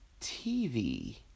TV